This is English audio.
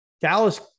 Dallas